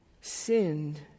sinned